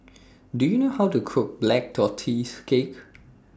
Do YOU know How to Cook Black Tortoise Cake